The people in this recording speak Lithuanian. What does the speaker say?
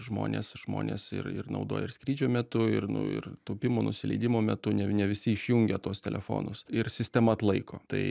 žmonės žmonės ir ir naudoja ir skrydžio metu ir nu ir tūpimo nusileidimo metu ne ne visi išjungia tuos telefonus ir sistema atlaiko tai